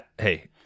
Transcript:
Hey